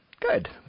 Good